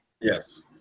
Yes